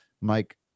Mike